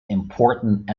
important